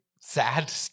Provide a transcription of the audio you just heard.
sad